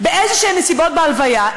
באיזשהן נסיבות בהלוויה,